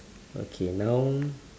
okay now